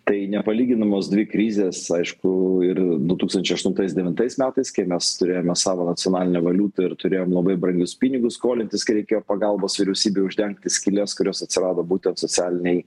tai nepalyginamos dvi krizės aišku ir du tūkstančiai aštuntais devintais metais kai mes turėjome savo nacionalinę valiutą ir turėjom labai brangius pinigus skolintis kai reikėjo pagalbos vyriausybei uždengti skyles kurios atsirado būtent socialinėj